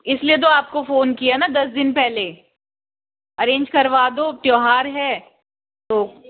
इसलिए तो आपको फ़ोन किया ना दस दिन पहले अरेंज करवा दो त्योहार है तो